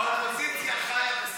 האופוזיציה חיה בסרט.